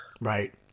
Right